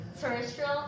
terrestrial